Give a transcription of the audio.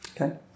Okay